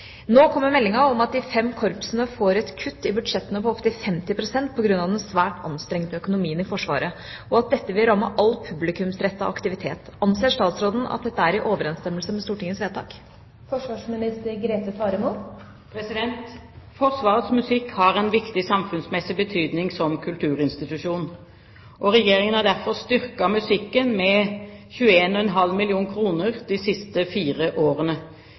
Nå kommer meldinga om at de fem korpsene får et kutt i budsjettene på opptil 50 pst. på grunn av den svært anstrengte økonomien i Forsvaret, og at dette vil ramme all publikumsrettet aktivitet. Anser statsråden at dette er i overensstemmelse med Stortingets vedtak?» Forsvarets musikk har en viktig samfunnsmessig betydning som kulturinstitusjon. Regjeringen har derfor styrket musikken med 21,5 mill. kr de siste fire årene,